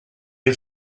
had